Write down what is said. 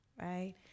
Right